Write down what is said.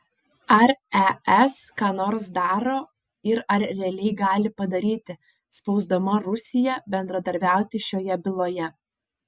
ar es ką nors daro ir ar realiai gali padaryti spausdama rusiją bendradarbiauti šioje byloje